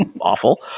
awful